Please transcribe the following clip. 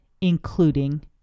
including